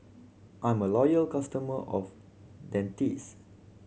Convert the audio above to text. I'm a loyal customer of Dentiste